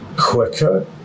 quicker